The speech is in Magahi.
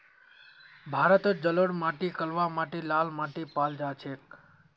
भारतत जलोढ़ माटी कलवा माटी लाल माटी पाल जा छेक